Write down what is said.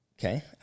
Okay